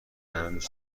پنج